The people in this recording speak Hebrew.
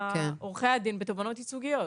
עורכי הדין בתובענות ייצוגיות.